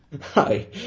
Hi